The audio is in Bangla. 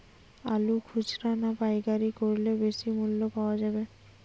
আলু খুচরা না পাইকারি করলে বেশি মূল্য পাওয়া যাবে?